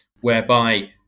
whereby